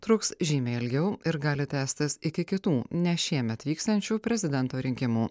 truks žymiai ilgiau ir gali tęstis iki kitų ne šiemet vyksiančių prezidento rinkimų